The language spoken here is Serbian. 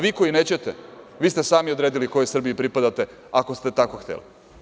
Vi koji nećete, vi ste sami odredili kojoj Srbiji pripadate ako ste tako hteli.